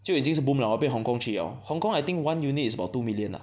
就已经是 boom 了 lor 变 Hong Kong 去了 Hong Kong I think one unit is about two million ah